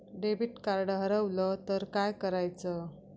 Debit card हरवल तर काय करायच?